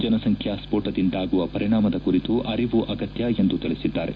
ಜನಸಂಖ್ಯಾ ಸ್ಫೋಟದಿಂದಾಗುವ ಪರಿಣಾಮದ ಕುರಿತು ಅರಿವು ಅಗತ್ಯ ಎಂದು ತಿಳಿಸಿದ್ದಾರೆ